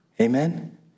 Amen